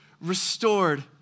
restored